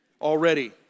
already